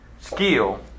skill